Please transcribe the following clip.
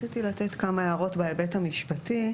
רציתי לתת כמה הערות בהיבט המשפטי,